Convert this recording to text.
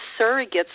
surrogates